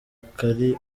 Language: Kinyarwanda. akari